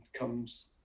comes